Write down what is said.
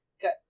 Good